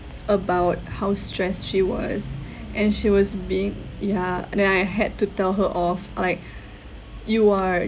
about how stressed she was and she was being yeah and then I had to tell her off like you are